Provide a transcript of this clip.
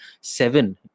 seven